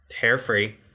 hair-free